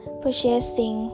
purchasing